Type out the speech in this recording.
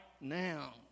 now